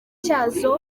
cyazo